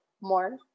more